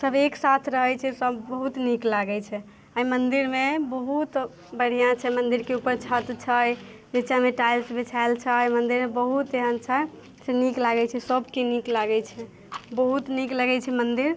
सब एकसाथ रहैत छै सब बहुत नीक लागैत छै अइ मन्दिरमे बहुत बढ़िआँसँ मन्दिरके उपर छत छै निचाँ मे टाइल्स बिछाएल छइ मन्दिरमे बहुत एहन छै से नीक लागैत छै सबके नीक लागैत छै बहुत नीक लगैत छै मन्दिर